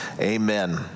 Amen